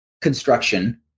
construction